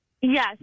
Yes